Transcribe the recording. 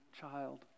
child